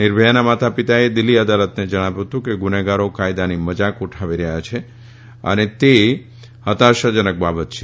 નિર્ભયાના માતા પિતાએ દીલ્ફી અદાલતને જણાવ્યું હતું કે ગુજ્હેગારી કાયદાની મજાક ઉઠાવી રહયાં છે અને તે હતાશાજનક બાબત છે